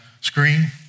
screen